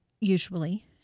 usually